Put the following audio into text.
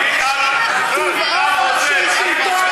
מיכל רוזין, טבעו של שלטון